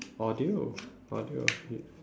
audio audio